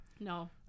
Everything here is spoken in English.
no